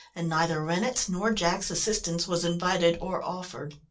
and neither rennett's nor jack's assistance was invited or offered.